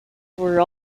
were